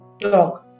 dog